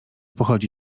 pochodzi